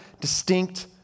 distinct